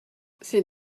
c’est